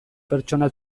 pertsona